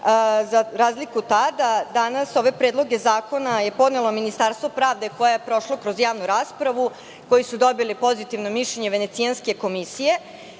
Za razliku od tada, danas ove predloge zakona je podnelo Ministarstvo pravde koji su prošli kroz javnu raspravu, koji su dobili pozitivno mišljenje Venecijanske komisije.